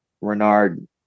Renard